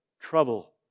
trouble